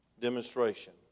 demonstration